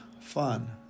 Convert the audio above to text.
fun